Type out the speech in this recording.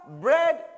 bread